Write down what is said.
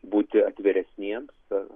būti atviresniems